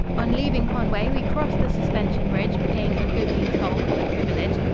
on leaving conway we crossed the suspension bridge, paying a goodly toll for the privilege.